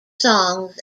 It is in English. songs